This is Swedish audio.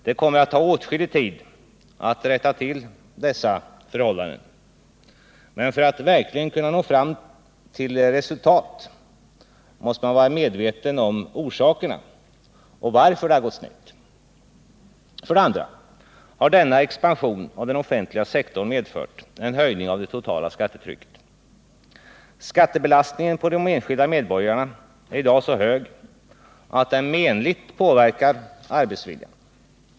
Det kommer att ta åtskillig tid att rätta till dessa missförhållanden, men för att man verkligen skall kunna nå fram till resultat måste man först vara medveten om orsakerna till att det har gått snett. För det andra har denna expansion av den offentliga sektorn medfört en höjning av det totala skattetrycket. Skattebelastningen på de enskilda medborgarna är i dag så hög att den menligt påverkar arbetsviljan.